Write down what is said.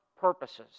purposes